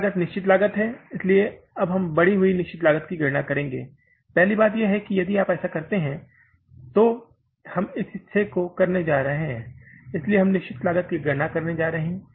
एक लागत निश्चित लागत है इसलिए अब हम बढ़ी हुई निश्चित लागत की गणना करेंगे पहली बात यह है कि यदि आप ऐसा करते हैं तो हम इस हिस्से को करने जा रहे हैं इसलिए हम इस निश्चित लागत की गणना करने जा रहे हैं